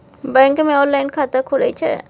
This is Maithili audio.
बैंक मे ऑनलाइन खाता खुले छै?